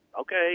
okay